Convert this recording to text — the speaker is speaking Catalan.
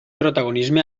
protagonisme